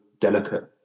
delicate